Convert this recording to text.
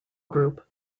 group